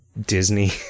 Disney